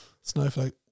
Snowflake